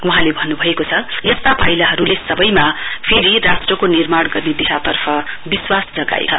वहाँले भन्नुभएको छ यस्ता पाइलाहरुले सबैमा फेरि राष्ट्रको निर्माण गर्ने दिशातर्फ विश्वास जगाएको छ